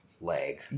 leg